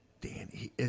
Danny